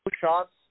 shots